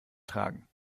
tragen